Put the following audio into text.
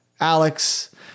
Alex